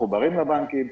מחוברים לבנקים,